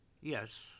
yes